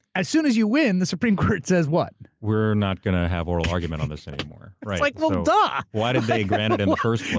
as soon as you win, the supreme court says what? we're not gonna have oral argument on this anymore. it's like, well, duh. so why did they grant it in the first place.